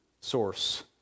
source